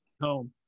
home